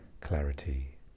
clarity